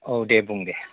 औ दे बुं दे